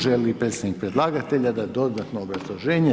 Želi li predstavnik predlagatelja da da dodatno obrazloženje?